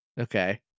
Okay